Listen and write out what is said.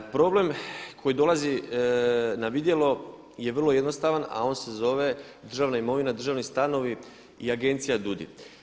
Problem koji dolazi na vidjelo je vrlo jednostavan a on se zove državna imovina, državni stanovi i agencija DUUDI.